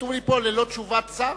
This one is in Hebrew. כתוב לי פה ללא תשובת שר.